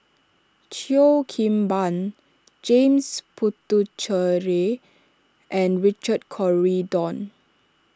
Cheo Kim Ban James Puthucheary and Richard Corridon